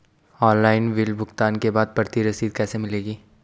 Online bill भुगतान के बाद प्रति रसीद कैसे मिलेगी?